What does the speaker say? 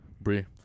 Bree